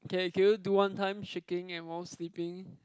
okay can you can you do one time shaking and while sleeping